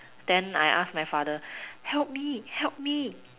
then I ask my father help me help me